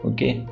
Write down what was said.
Okay